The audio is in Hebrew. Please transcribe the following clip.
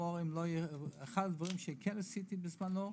אחד הדברים שכן עשיתי בזמנו,